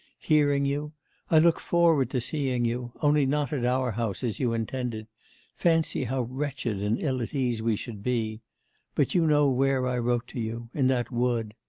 hearing you. i look forward to seeing you only not at our house, as you intended fancy how wretched and ill at ease we should be but you know where i wrote to you in that wood.